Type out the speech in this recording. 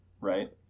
Right